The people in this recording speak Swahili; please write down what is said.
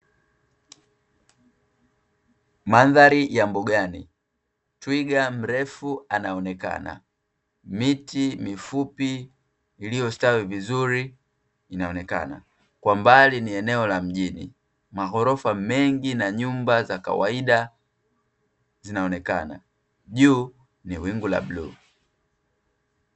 Mandhari ya mbugani, twiga mrefu anaonekana. Miti mifupi iliyostawi vizuri inaonekana. Kwa mbali ni eneo la mjini, maghorofa mengi na nyumba za kawaida zinaonekana; juu ni wingu la bluu.